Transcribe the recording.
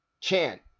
chant